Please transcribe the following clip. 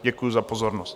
Děkuji za pozornost.